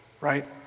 right